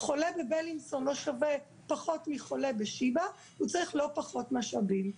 חולה בבילינסון לא שווה פחות מחולה בשיבא והוא צריך לא פחות משאבים.